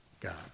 God